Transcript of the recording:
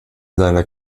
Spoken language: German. seiner